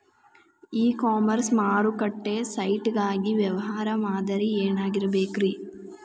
E commerce ಮಾರುಕಟ್ಟೆ site ಗಾಗಿ ವ್ಯವಹಾರ ಮಾದರಿ ಏನಾಗಿರಬೇಕ್ರಿ?